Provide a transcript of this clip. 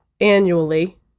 annually